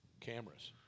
cameras